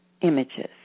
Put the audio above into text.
images